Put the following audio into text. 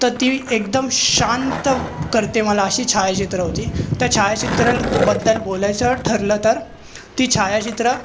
तर ती एकदम शांत करते मला अशी छायाचित्रं होती त्या छायाचित्रल बद्दल बोलायचं ठरलं तर ती छायाचित्रं